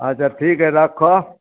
अच्छा ठीक हइ रखऽ